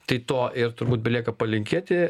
tai to ir turbūt belieka palinkėti